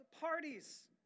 parties